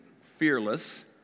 fearless